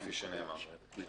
כפי שנאמר,